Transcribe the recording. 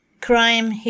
crime